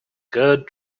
good